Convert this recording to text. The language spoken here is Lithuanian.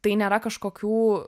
tai nėra kažkokių